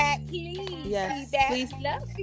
yes